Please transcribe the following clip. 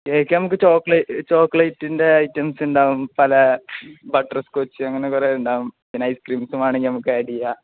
cake നമുക്ക് ചോക്ലേറ്റിൻ്റെ items ഉണ്ടാകും പല ബട്ടർ സ്കോച്ച് അങ്ങനെ കുറേയുണ്ടാകും പിന്നെ ഐസ്ക്രീംസും വേണമെങ്കില് നമുക്ക് ആഡ് ചെയ്യാം